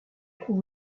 trouve